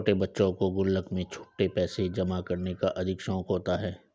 छोटे बच्चों को गुल्लक में छुट्टे पैसे जमा करने का अधिक शौक होता है